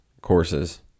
courses